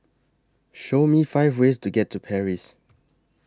Show Me five ways to get to Paris